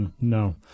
No